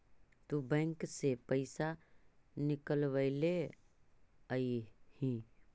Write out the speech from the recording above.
तु बैंक से पइसा निकलबएले अइअहिं